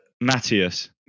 Matthias